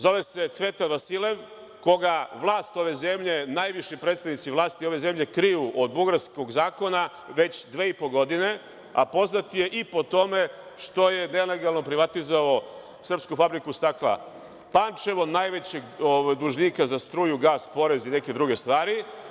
Zove se Cveta Vasilev koga vlast ove zemlje, najviši predstavnici vlasti ove zemlje, kriju od bugarskog zakona već dve i po godine, a poznat je i po tome što je nelegalno privatizovao srpsku Fabriku stakla Pančevo, najvećeg dužnika za struju, gas, porez i neke druge stvari.